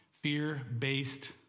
fear-based